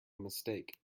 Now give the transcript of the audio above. mistake